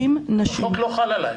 החוק לא חל עליך.